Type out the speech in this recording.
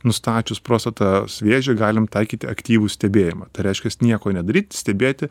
nustačius prostatas vėžį galim taikyti aktyvų stebėjimą tai reiškias nieko nedaryt stebėti